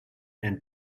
and